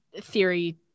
theory